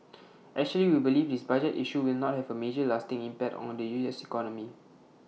actually we believe this budget issue will not have A major lasting impact on the U S economy